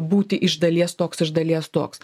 būti iš dalies toks iš dalies toks